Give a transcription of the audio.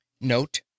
Note